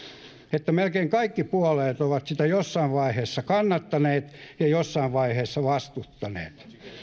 että melkein kaikki puolueet ovat sitä jossain vaiheessa kannattaneet ja jossain vaiheessa vastustaneet